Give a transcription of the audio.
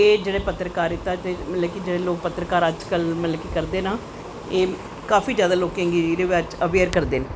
एह् जेह्ड़े पत्तरकीरिता दे लोग पत्तरकार अज्ज कल करदे न एह् काफी जादा लोकें गी एह्दे बैरे च अवेयर करदे न